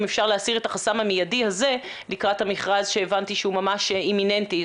אפשר להסיר את החסם המיידי הזה לקראת המכרז שהבנתי שהוא ממש אימננטי,